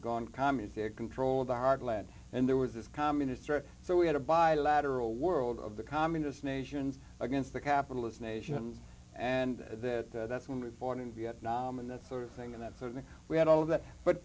gone communistic control of the heartland and there was this communist era so we had a bi lateral world of the communist nations against the capitalist nation and that that's when we fought in vietnam and that sort of thing and that we had all of that but